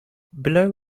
below